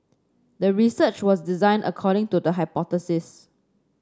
the research was designed according to the hypothesis